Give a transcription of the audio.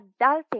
adulting